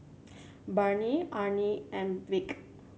Barney Arne and Beckett